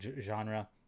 genre